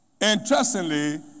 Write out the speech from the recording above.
Interestingly